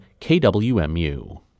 KWMU